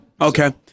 Okay